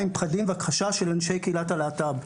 עם פחדים והכחשה של אנשי קהילת הלהט"ב.